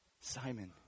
Simon